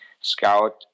scout